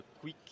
quick